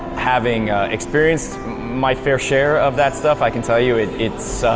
having experienced my fair share of that stuff i can tell you it's it's